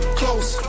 close